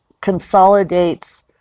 consolidates